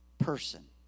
Person